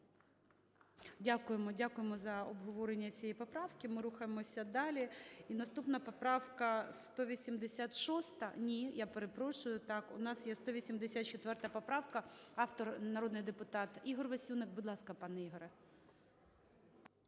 дякуємо за обговорення цієї поправки. Ми рухаємося далі. І наступна поправка - 186. Ні, я перепрошую, так, у нас є 184 поправка, автор - народний депутат Ігор Васюник. Будь ласка, пане Ігорю.